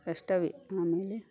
ಕಷ್ಟವೇ ಆಮೇಲೆ